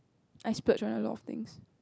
I splurge on a lot of things